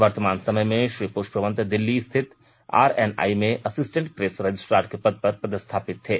वर्तमान समय में श्री पुष्पवंत दिल्ली स्थित आरएनआई में अस्सिटेंट प्रेस रजिस्ट्रार के पद पर पदस्थापित थे